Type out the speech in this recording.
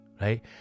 right